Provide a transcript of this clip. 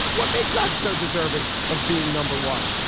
what makes us so deserving of being number one?